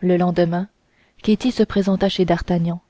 le lendemain ketty se présenta chez d'artagnan